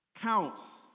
counts